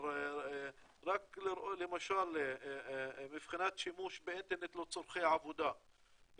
אבל למשל מבחינת שימוש באינטרנט לצרכי עבודה,